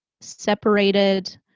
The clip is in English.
separated